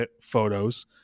photos